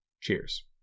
cheers